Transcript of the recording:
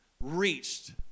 reached